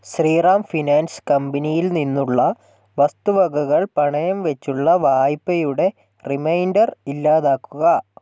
Sriram finance കമ്പനിയിൽ നിന്നുള്ള വസ്തുവകകൾ പണയം വെച്ചുള്ള വായ്പയുടെ റിമൈൻഡർ ഇല്ലാതാക്കുക